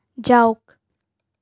যাওক